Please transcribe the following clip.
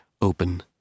open